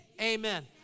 Amen